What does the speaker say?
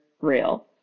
real